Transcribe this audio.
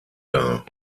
dar